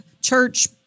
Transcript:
church